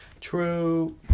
true